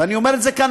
ואני אומר את זה כאן,